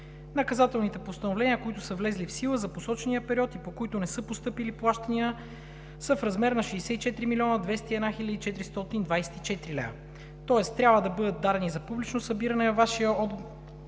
Наказателните постановления, които са влезли в сила за посочения период и по които не са постъпили плащания, са в размер на 64 201 424 лв. – тоест трябва да бъдат дадени за публично събиране 47 514